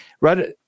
right